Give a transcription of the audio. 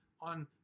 on